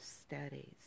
studies